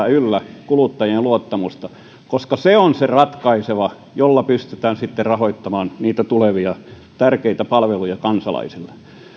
yllä kuluttajien luottamusta koska se on se ratkaiseva millä pystytään sitten rahoittamaan niitä tulevia tärkeitä palveluja kansalaisille